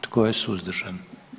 Tko je suzdržan?